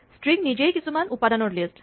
string নিজেই কিছুমান উপাদানৰ লিষ্ট